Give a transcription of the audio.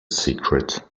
secret